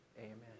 amen